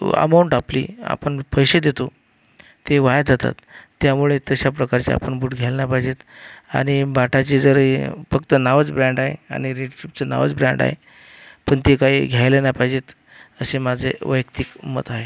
amount आपली आपण पैसे देतो ते वाया जातात त्यामुळे तशा प्रकारचे आपण बूट घ्यायला नाही पाहिजेत आणि बाटाची जरी फक्त नावच ब्रँड आहे आणि रेड चीफचं नावच ब्रँड आहे पण ते काही घ्यायला नाही पाहिजेत असे माझे वैयक्तिक मत आहे